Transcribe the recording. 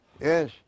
Yes